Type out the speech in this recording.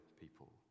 people